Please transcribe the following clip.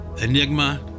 Enigma